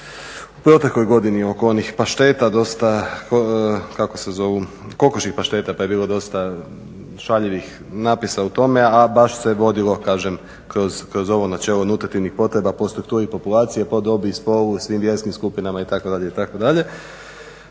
u protekloj godini oko onih pašteta dosta. Kako se zovu? Kokošjih pašteta, pa je bilo dosta šaljivih napisa o tome, a baš se vodilo kažem kroz ovo načelo nutritivnih potreba po strukturi populacije, po dobi i spolu, svim vjerskim skupinama itd.